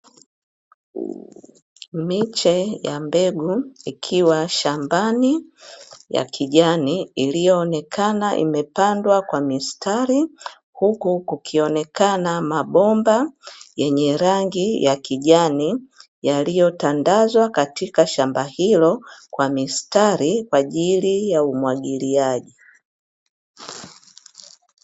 Miche ya mbegu ikiwa shambani ya kijani iliyoonekana imepandwa kwa mistari huku kukionekana mabomba yenye rangi ya kijani yaliyotandazwa katika shamba hilo kwa mistari kwa ajili ya umwagiliaji.